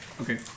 Okay